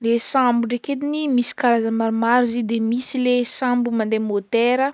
Ny sambo ndraiky ediny misy karazagny maromaro izy de misy le sambo mande motera,